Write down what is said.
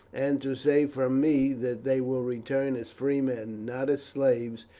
and to say from me that they will return as free men, not as slaves,